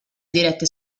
diretta